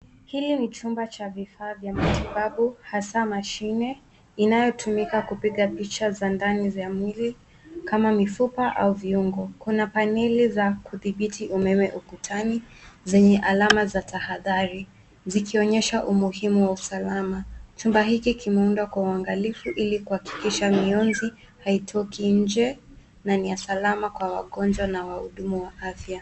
Hili ni chumba cha vifaa vya matibabu hasa mashine inayotumika kupiga picha za ndani za mwili kama mifupa au viungo. Kuna paneli za kudhibiti umeme ukutani zenye alama za tahadhari, zikionyesha umuhimu wa usalama. Chumba hiki kimeundwa kwa uangalifu ili kuhakikisha mionzi haitoki nje na ni ya salama kwa wagonjwa na wahudumu wa afya.